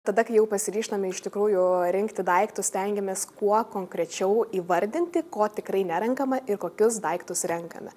tada kai jau pasiryžtame iš tikrųjų rinkti daiktus stengiamės kuo konkrečiau įvardinti ko tikrai nerenkama ir kokius daiktus renkame